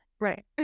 Right